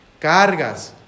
cargas